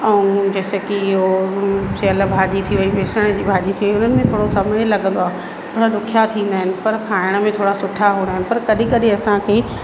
ऐं जैसे की उहो सेअल भाॼी थी वई बेसणनि जी भाॼी थी वई उन्हनि में थोरो समय लॻंदो आहे थोरा ॾुखिया थींदा इन पर खाइण में थोरा सुठा हूंदा आहिनि पर कॾहिं कॾहिं असांखे